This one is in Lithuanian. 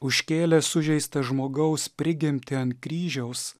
užkėlęs sužeistą žmogaus prigimtį ant kryžiaus